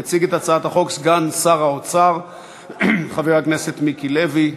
יציג את הצעת החוק סגן שר האוצר חבר הכנסת מיקי לוי.